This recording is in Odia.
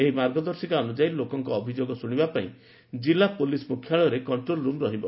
ଏହି ଗାଇଡ୍ ଲାଇନ୍ ଅନୁଯାୟୀ ଲୋକଙ୍ଙ ଅଭିଯୋଗ ଶୁଶିବାପାଇଁ ଜିଲ୍ଲା ପୋଲିସ୍ ମୁଖ୍ୟାଳୟରେ କଣ୍ଟ୍ରୋଲ ରୁମ୍ ରହିବ